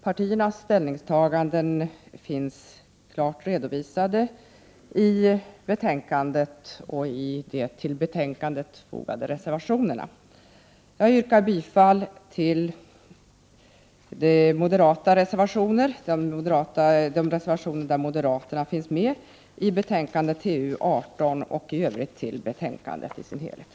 Partiernas ställningstaganden finns klart redovisade i betänkandet och i de till betänkandet fogade reservationerna. Jag yrkar bifall till de reservationer till trafikutskottets betänkande 18 där moderaterna finns med och i övrigt till utskottets hemställan.